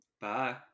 Bye